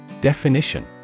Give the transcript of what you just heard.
Definition